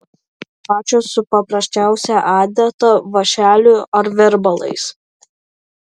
pačios su paprasčiausia adata vąšeliu ar virbalais